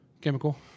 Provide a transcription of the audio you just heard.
Chemical